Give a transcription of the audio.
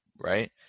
right